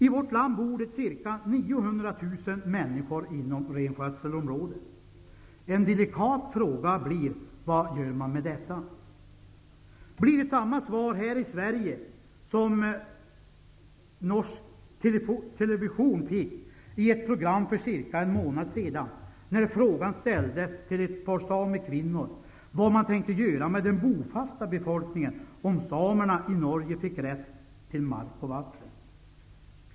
I vårt land bor ca 900 000 människor inom renskötselområdet. En delikat fråga blir vad man gör med dessa. Blir det samma svar här i Sverige som Norsk Television fick i ett program för cirka en månd sedan, när frågan ställdes till ett par samekvinnor vad man tänkte göra med den bofasta befolkningen om samerna i Norge fick rätt till mark och vatten?